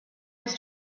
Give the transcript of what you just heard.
was